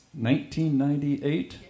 1998